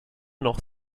noch